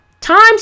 times